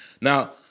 Now